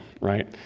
right